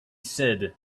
said